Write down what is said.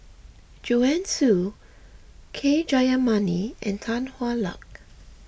Joanne Soo K Jayamani and Tan Hwa Luck